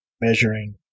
measuring